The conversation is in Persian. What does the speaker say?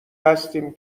هستیم